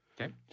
Okay